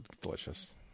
delicious